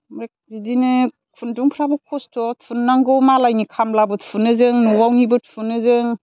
ओमफ्राय बिदिनो खुन्दुंफ्राबो खस्त' थुननांगौ मालायनि खामलाबो थुनो जों न'निबाबो थुनो जों